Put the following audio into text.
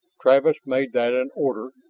travis made that an order,